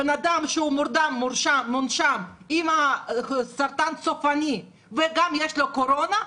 בן אדם שהוא מורדם ומונשם עם סרטן סופני וגם יש לו קורונה,